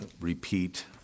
repeat